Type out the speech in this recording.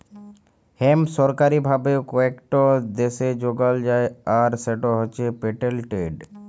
hemp সরকারি ভাবে কয়েকট দ্যাশে যগাল যায় আর সেট হছে পেটেল্টেড